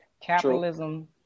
Capitalism